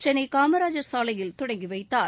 சென்னை காமராஜர் சாலையில் தொடங்கிவைத்தார்